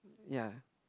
ya